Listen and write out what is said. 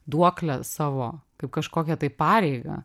duoklę savo kaip kažkokią tai pareigą